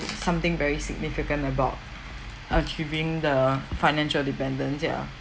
something very significant about achieving the financial independence ya